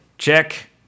Check